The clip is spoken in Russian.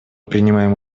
принимаем